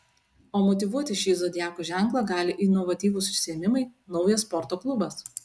o motyvuoti šį zodiako ženklą gali inovatyvūs užsiėmimai naujas sporto klubas